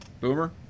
Boomer